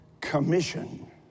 commission